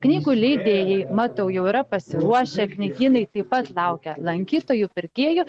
knygų leidėjai matau jau yra pasiruošę knygynai taip pat laukia lankytojų pirkėjų